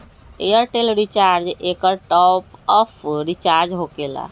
Airtel recharge एकर top off recharge होकेला?